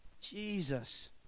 Jesus